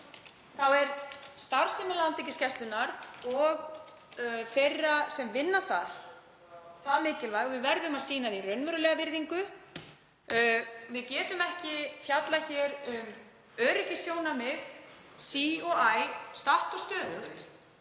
þá er starfsemi Landhelgisgæslunnar og þeirra sem þar vinna mikilvæg og við verðum að sýna því raunverulega virðingu. Við getum ekki fjallað hér um öryggissjónarmið sí og æ, statt og stöðugt,